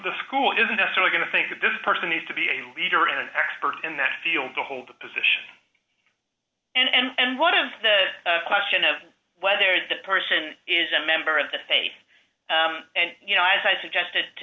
the school isn't necessarily going to think that this person needs to be a leader in an expert in that field to hold the position and what is the question of whether that person is a member of the faith and you know as i suggested to